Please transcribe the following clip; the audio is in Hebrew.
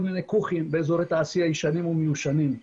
מיני כוכים באזורי תעשייה ישנים ומיושנים.